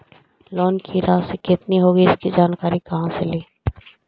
Loan की रासि कितनी होगी इसकी जानकारी कहा से ली?